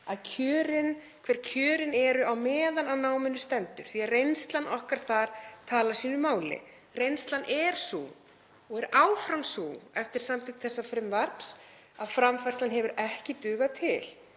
hver kjörin eru meðan á námi stendur, því reynslan okkar þar talar sínu máli. Reynslan er sú, og er áfram sú eftir samþykkt þessa frumvarps, að framfærslan hefur ekki dugað til.